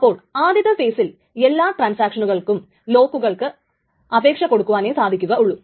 അപ്പോൾ ആദ്യത്തെ ഫെയിസിൽ എല്ലാ ട്രാൻസാക്ഷനുകൾക്കും ലോക്കുകൾക്ക് അപേക്ഷ കൊടുക്കുവാനെ സാധിക്കുകയുള്ളു